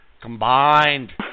combined